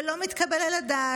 זה לא מתקבל על הדעת.